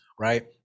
right